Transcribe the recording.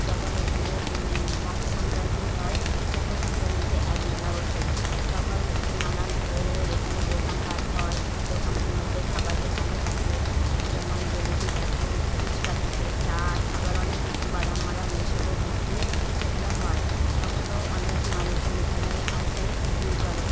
যখন এখানে মকরসংক্রান্তি হয় মকরসংক্রান্তিতে এক মেলা বসে তখন নানান ধরনের এখানে দোকানপাট হয় দোকানের মধ্যে খাবার দোকানও থাকে যেমন জেলিপি থাকে ফুচকা থাকে চাট আবার অনেক কিছু বাদাম মাদাম এসবও বিক্রি এখানে হয় তখনও অনেক মানুষজন এখানে আসে ভিড় করে